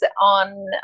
on